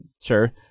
sure